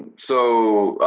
so,